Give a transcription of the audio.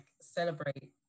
celebrate